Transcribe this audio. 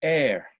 air